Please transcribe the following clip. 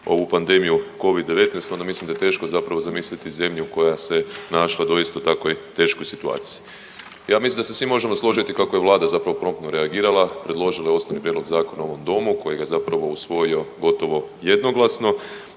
ovu pandemiju covid-19 onda mislim da je teško zapravo zamisliti zemlju koja se našla u doista tako teškoj situaciji. Ja mislim da se svi možemo složiti kako je Vlada zapravo promptno reagirala, predložila je osnovni prijedlog zakona u ovom domu kojega je zapravo usvojio gotovo jednoglasno.